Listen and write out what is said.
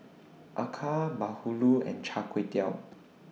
Acar Bahulu and Char Kway Teow